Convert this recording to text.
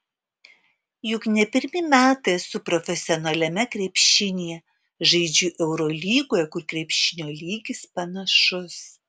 juk ne pirmi metai esu profesionaliame krepšinyje žaidžiu eurolygoje kur krepšinio lygis panašus